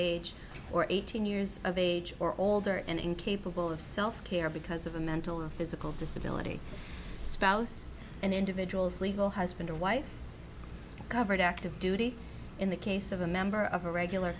age or eighteen years of age or older are incapable of self care because of a mental or physical disability spouse and individuals legal husband or wife covered active duty in the case of a member of a regular